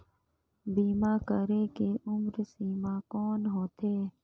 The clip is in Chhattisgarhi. बीमा करे के उम्र सीमा कौन होथे?